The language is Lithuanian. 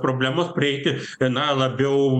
problemos prieiti na labiau